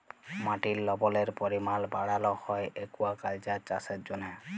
মাটির লবলের পরিমাল বাড়ালো হ্যয় একুয়াকালচার চাষের জ্যনহে